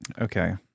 Okay